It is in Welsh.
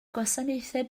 gwasanaethau